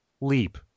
leap